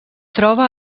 troba